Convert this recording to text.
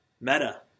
Meta